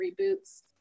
reboots